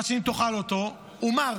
מצד שני, אם תאכל אותו, הוא מר.